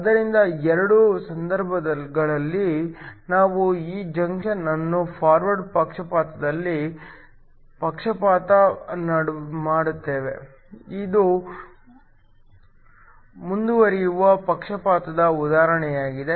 ಆದ್ದರಿಂದ ಎರಡೂ ಸಂದರ್ಭಗಳಲ್ಲಿ ನಾವು ಈ ಜಂಕ್ಷನ್ ಅನ್ನು ಫಾರ್ವರ್ಡ್ ಪಕ್ಷಪಾತದಲ್ಲಿ ಪಕ್ಷಪಾತ ಮಾಡುತ್ತೇವೆ ಇದು ಮುಂದಿರುವ ಪಕ್ಷಪಾತದ ಉದಾಹರಣೆಯಾಗಿದೆ